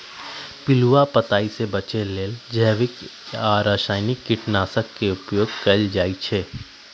पिलुआ पताइ से बचे लेल जैविक आ रसायनिक कीटनाशक के उपयोग कएल जाइ छै